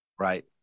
Right